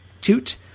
toot